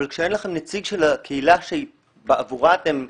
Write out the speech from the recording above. אבל כשאין לכם נציג של הקהילה שבעבורה אתם פועלים,